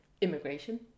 Immigration